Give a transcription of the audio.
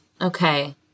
Okay